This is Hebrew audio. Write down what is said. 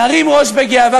נרים ראש בגאווה,